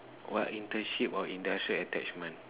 what internship or industrial attachment